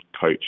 coach